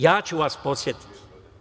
Ja ću vas podsetiti.